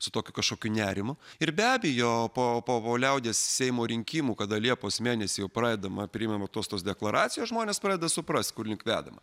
su tokiu kažkokiu nerimu ir be abejo po po liaudies seimo rinkimų kada liepos mėnesį jau pradedama priimamos tos tos deklaracijos žmonės pradeda suprasti kur link vedama